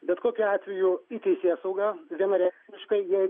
bet kokiu atveju į teisėsaugą vienareikšmiškai jei